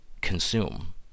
consume